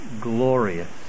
glorious